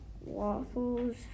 Waffles